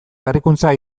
berrikuntza